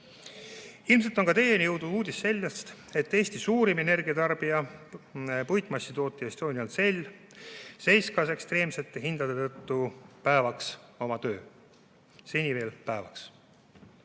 on ka teieni jõudnud uudis sellest, et Eesti suurim energiatarbija, puitmassitootja Estonian Cell, seiskas ekstreemsete hindade tõttu päevaks oma töö – seni veel päevaks.